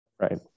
Right